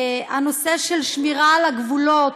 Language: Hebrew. הנושא של שמירה על הגבולות,